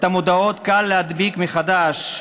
המודעות קל להדביק מחדש,